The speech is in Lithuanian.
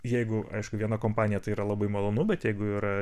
jeigu aišku viena kompanija tai yra labai malonu bet jeigu yra